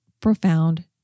profound